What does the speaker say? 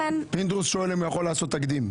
פינדרוס שואל אם הוא יכול לעשות תקדים.